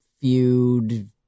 feud